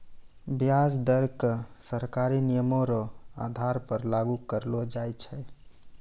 व्याज दर क सरकारी नियमो र आधार पर लागू करलो जाय छै